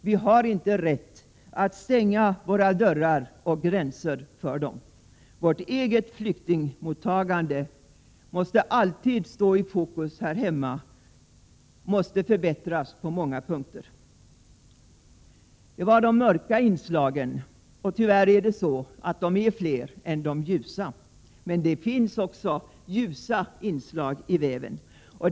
Vi har inte rätt att stänga våra dörrar och gränser för dem. Vårt eget flyktingmottagande måste alltid stå i fokus här hemma och förbättras på många punkter. Det var de mörka inslagen, och de är tyvärr fler än de ljusa. Men det finns alltså även ljusa inslag i väven.